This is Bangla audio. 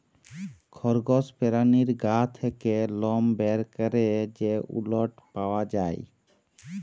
খরগস পেরানীর গা থ্যাকে লম বার ক্যরে যে উলট পাওয়া যায়